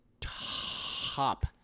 top